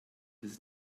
his